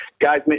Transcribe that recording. guys